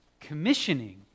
commissioning